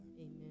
Amen